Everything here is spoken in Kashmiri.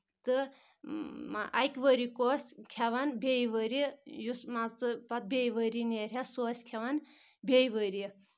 تہٕ اَکہِ ؤری اوس کھؠون بیٚیہِ ؤریہِ یُس مان ژٕ پَتہٕ بیٚیہِ ؤریہِ نیرِ ہا سُہ ٲسۍ کھؠوان بیٚیہِ ؤرِیہِ